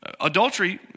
Adultery